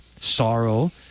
sorrow